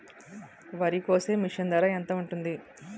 వరి కోసే మిషన్ ధర ఎంత ఉంటుంది?